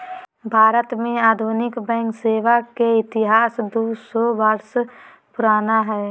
भारत में आधुनिक बैंक सेवा के इतिहास दू सौ वर्ष पुराना हइ